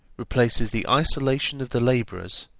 replaces the isolation of the labourers,